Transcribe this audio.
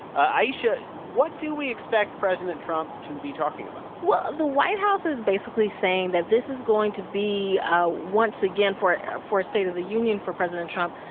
ayesha, what do we expect president trump to be talking about? well, the white house is basically saying that this is going to be, ah once again, for a state of the union for president trump,